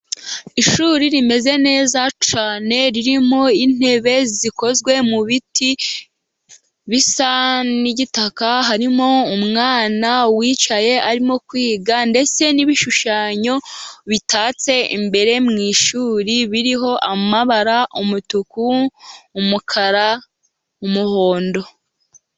Ishuri rimeze neza cyane, ririmo intebe zikozwe mu biti bisa n'igitaka, harimo umwana wicaye arimo kwiga, ndetse n'ibishushanyo bitatse imbere mu ishuri, biriho amabara umutuku, umukara, umuhondo,